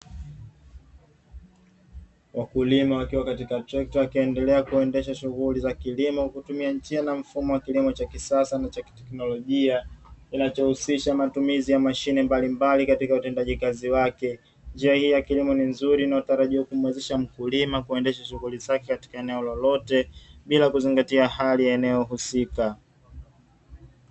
Wakulima wakiwa katika trekta akiendelea kuendesha shughuli za kilimo, kwa kutumia njia na mfumo wa kilimo cha kisasa na teknolojia kinachohusisha matumizi ya mashine mbalimbali katika utendaji kazi wake; njia hii ya kilimo ni nzuri inayotarajiwa kumwezesha mkulima kuendesha shughuli zake katika eneo lolote bila kuzingatia hali ya eneo husika.